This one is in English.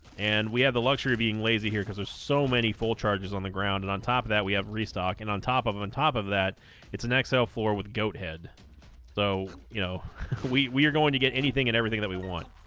and we have the luxury of being lazy here because there's so many full charges on the ground and on top of that we have restock and on top of them on top of that it's an excel floor with goathead so you know we we are going to get anything and everything that we want